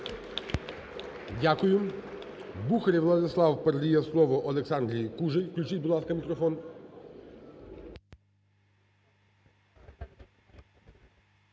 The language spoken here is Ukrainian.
Дякую.